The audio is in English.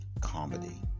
comedy